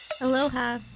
Aloha